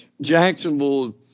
Jacksonville